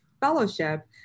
Fellowship